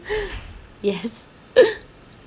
yes